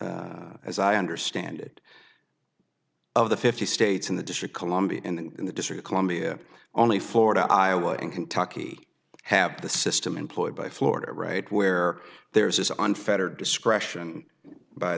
as i understand it of the fifty states in the district columbia and in the district columbia only florida iowa and kentucky have the system employed by florida right where there is unfair discretion by